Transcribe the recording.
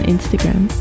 Instagram